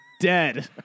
dead